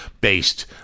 based